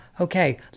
okay